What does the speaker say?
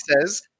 says